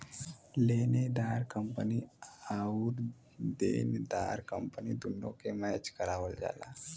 लेनेदार कंपनी आउर देनदार कंपनी दुन्नो के मैच करावल जाला